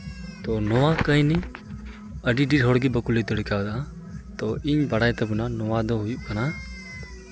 ᱛᱚ ᱱᱚᱣᱟ ᱠᱟᱹ ᱦᱱᱤ ᱟᱹᱰᱤ ᱟᱹᱰᱤ ᱦᱚᱲ ᱜᱮ ᱵᱟᱠᱚ ᱞᱟᱹᱭ ᱫᱟᱲᱮ ᱠᱟᱣᱫᱟ ᱛᱚ ᱤᱧ ᱵᱟᱲᱟᱭ ᱛᱟᱵᱚᱱᱟ ᱱᱚᱣᱟ ᱫᱚ ᱦᱩᱭᱩᱜ ᱠᱟᱱᱟ